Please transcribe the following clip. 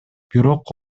бирок